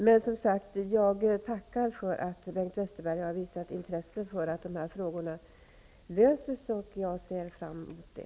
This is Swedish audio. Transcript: Jag tackar som sagt för att Bengt Westerberg har visat intresse för att de här frågorna löses, och jag ser fram emot det.